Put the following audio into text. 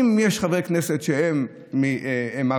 אם יש חברי כנסת שהם ערבים,